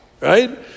Right